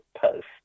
post